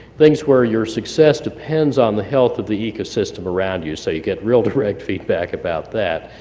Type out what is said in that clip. things where your success depends on the health of the ecosystem around you so you get real direct feedback about that.